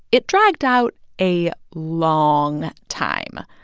it dragged out a long time.